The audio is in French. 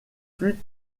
fut